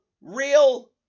real